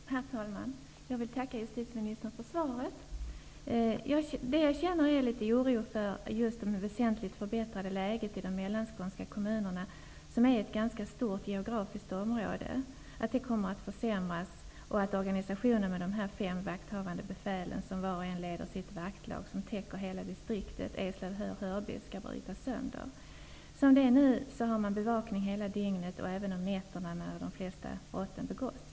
Herr talman! Jag vill tacka justitieministern för svaret. Jag känner litet oro för att det väsentligt förbättrade läget i de mellanskånska kommunerna, som är ett ganska stort geografiskt område, kommer att försämras och att organisationen med de fem vakthavande befälen, som var och en leder sitt vaktlag, som täcker hela distriktet -- Eslöv, Höör och Hörby -- skall brytas sönder. Som det är nu har man bevakning hela dygnet -- även om nätterna när de flesta brotten begås.